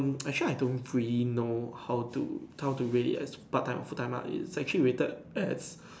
um actually I don't really know how to how to really part time or full time it's actually rated as